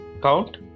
Count